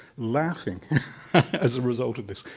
laughing as a result of this.